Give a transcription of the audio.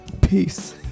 peace